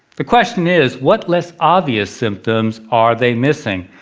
the question is what less obvious symptoms are they missing?